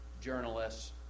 journalists